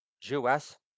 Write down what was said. Jewess